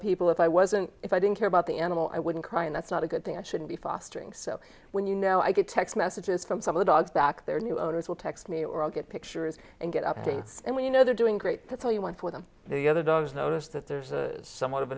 people if i wasn't if i didn't care about the animal i wouldn't cry and that's not a good thing i should be fostering so when you know i get text messages from some of the dogs back their new owners will text me or i'll get pictures and get updates and when you know they're doing great that's all you want for them the other dogs notice that there's somewhat of